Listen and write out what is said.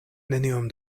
neniom